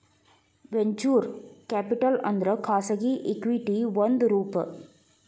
venture capital ಅಂದ್ರ ಖಾಸಗಿ equity ಒಂದ್ ರೂಪ